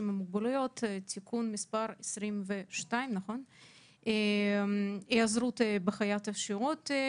עם מוגבלות (תיקון מס' 22) (היעזרות בחיית שירות),